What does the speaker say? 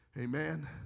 Amen